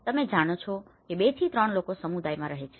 તમે જાણો છો કે 2 થી 3 લોકો સમુદાયમાં રહે છે